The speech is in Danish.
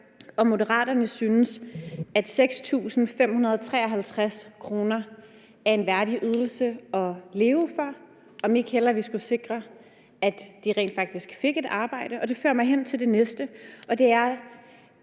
om Moderaterne synes, at 6.553 kr. er en værdig ydelse at leve for, og om vi ikke hellere skulle sikre, at de rent faktisk fik et arbejde. Og det fører mig hen til det næste spørgsmål,